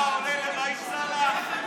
אתה עולה לראאד סלאח.